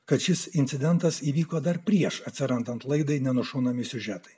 kad šis incidentas įvyko dar prieš atsirandant laidai nenušunami siužetai